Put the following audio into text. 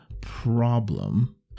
problem